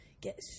get